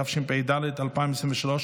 התשפ"ד 2023,